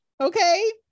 okay